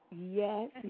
Yes